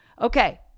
Okay